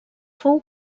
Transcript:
fou